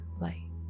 light